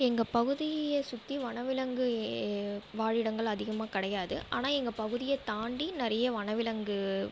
எங்கள் பகுதியை சுற்றி வனவிலங்கு வாழிடங்கள் அதிகமாக கிடையாது ஆனால் எங்கள் பகுதியை தாண்டி நிறைய வனவிலங்கு